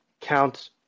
count